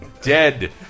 Dead